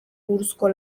buruzko